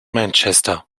manchester